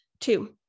Two